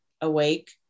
awake